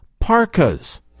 parkas